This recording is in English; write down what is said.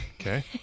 Okay